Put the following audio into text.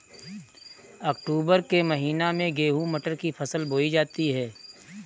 अक्टूबर के महीना में गेहूँ मटर की फसल बोई जाती है